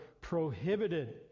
prohibited